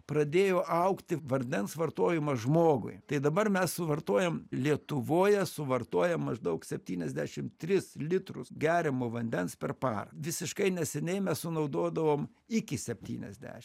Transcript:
pradėjo augti vandens vartojimas žmogui tai dabar mes suvartojam lietuvoje suvartoja maždaug septyniasdešim tris litrus geriamo vandens per parą visiškai neseniai mes sunaudodavom iki septyniasdešim